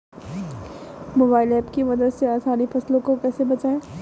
Mobile app की मदद से अपनी फसलों को कैसे बेचें?